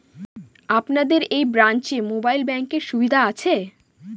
আপনাদের এই ব্রাঞ্চে মোবাইল ব্যাংকের সুবিধে আছে?